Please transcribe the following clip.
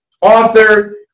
author